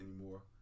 anymore